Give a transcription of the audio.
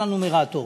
של הנומרטור.